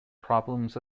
problems